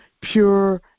pure